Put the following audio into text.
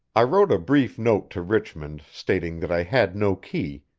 i wrote a brief note to richmond stating that i had no key,